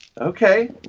Okay